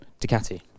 Ducati